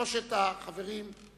אל תחברו את המספרים.